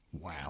Wow